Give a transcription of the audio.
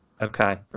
Okay